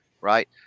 right